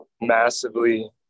massively